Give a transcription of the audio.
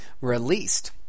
released